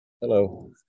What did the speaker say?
hello